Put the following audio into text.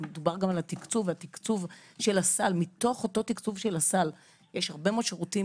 ומתוך אותו תקצוב הסל יש הרבה שירותים